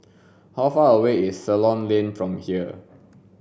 how far away is Ceylon Lane from here